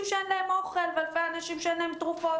שאין להם אוכל ואלפי אנשים שאין להם תרופות,